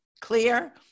clear